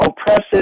oppressive